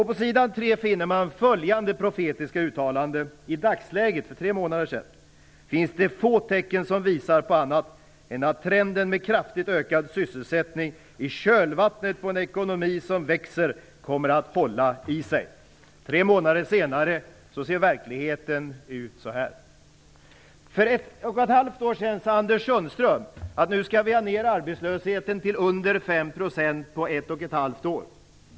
På sidan 3 finner man följande profetiska uttalande: I dagsläget - alltså för tre månader sedan - finns det få tecken som visar på annat än att trenden med kraftigt ökad sysselsättning i kölvattnet på en ekonomi som växer kommer att hålla i sig. Tre månader senare ser verkligheten annorlunda ut. För ett och ett halvt år sedan sade Anders Sundström att man skulle få ned arbetslösheten till under 5 % på ett och ett halvt år.